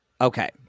Okay